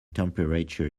temperature